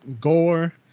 gore